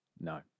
no